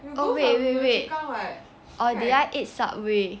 oh wait wait wait or did I eat Subway